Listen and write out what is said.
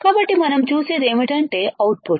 కాబట్టి మనం చూసేది ఏమిటంటే అవుట్పుట్